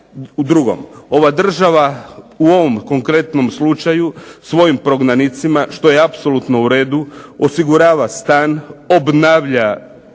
drugom. Ova država u ovom konkretnom slučaju svojim prognanicima što je apsolutno u redu, osigurava stan, obnavlja